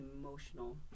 emotional